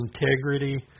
integrity